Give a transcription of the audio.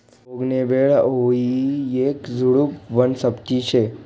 बोगनवेल हायी येक झुडुप वनस्पती शे